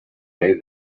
day